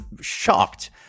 shocked